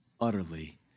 utterly